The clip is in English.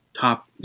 top